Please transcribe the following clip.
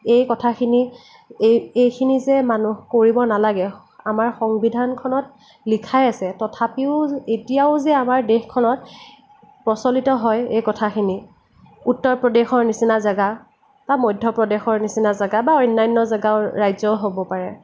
এই কথাখিনি এই এইখিনি যে মানুহ কৰিব নালাগে আমাৰ সংবিধানখনত লিখায়ে আছে তথাপিও এতিয়াও যে আমাৰ দেশখনত প্ৰচলিত হয় এই কথাখিনি উত্তৰ প্ৰদেশৰ নিচিনা জেগা বা মধ্যপ্ৰদেশৰ নিচিনা জেগা বা অন্যান্য জেগাৰ ৰাজ্যও হ'ব পাৰে